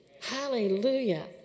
Hallelujah